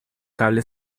cable